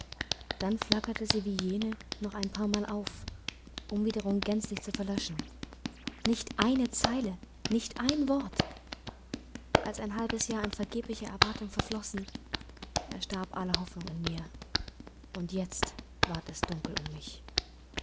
dann flackerte sie wie jene noch ein paar mal auf um wiederum gänzlich zu verlöschen nicht eine zeile nicht ein wort als ein halbes jahr in vergeblicher erwartung verflossen erstarb alle hoffnung in mir und jetzt ward es dunkel um mich